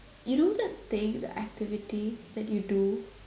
you know that thing that activity that you do